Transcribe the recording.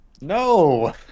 No